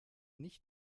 nicht